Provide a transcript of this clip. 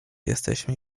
jesteśmy